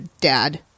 dad